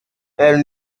elles